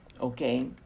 Okay